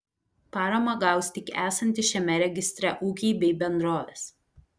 paramą gaus tik esantys šiame registre ūkiai bei bendrovės